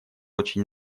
очень